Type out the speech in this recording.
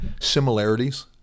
similarities